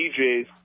DJs